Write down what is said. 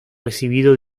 recibido